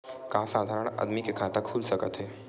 का साधारण आदमी के खाता खुल सकत हे?